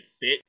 fit